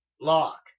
lock